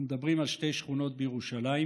אנחנו מדברים על שתי שכונות בירושלים: